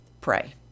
pray